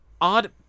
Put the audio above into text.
odd